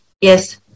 Yes